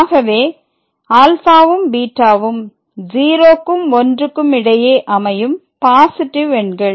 ஆகவே ∝ம் βம் 0க்கும் 1க்கும் இடையே அமையும் பாசிட்டிவ் எண்கள்